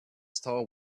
star